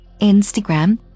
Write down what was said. Instagram